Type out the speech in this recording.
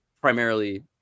Primarily